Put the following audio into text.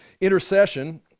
intercession